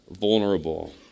vulnerable